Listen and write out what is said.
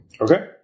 Okay